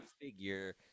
figure